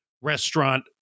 restaurant